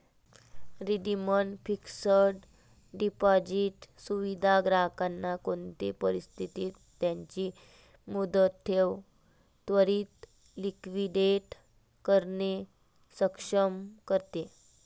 redeemed fixed deposit सुविधा ग्राहकांना कोणते परिस्थितीत त्यांची मुदत ठेव त्वरीत लिक्विडेट करणे सक्षम करते